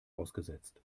ausgesetzt